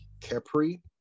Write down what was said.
Kepri